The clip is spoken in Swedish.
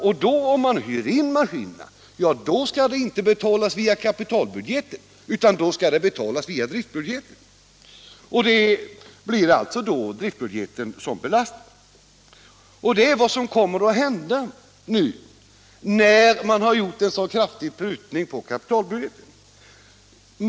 Om man hyr maskinerna, skall detta inte betalas via kapitalbudgeten utan via driftbudgeten, och det blir alltså driftbudgeten som belastas. Det är vad som kommer att hända nu, när man har gjort en så kraftig prutning på kapitalbudgeten.